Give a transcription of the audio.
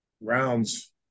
rounds